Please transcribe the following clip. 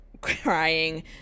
crying